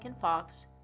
Fox